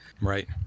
Right